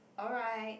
alright